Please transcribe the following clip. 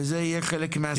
וזה יהיה חלק מהסיכום.